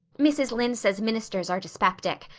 mrs. lynde says ministers are dyspeptic,